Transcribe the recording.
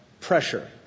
pressure